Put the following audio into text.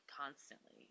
constantly